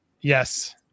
Yes